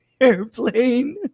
airplane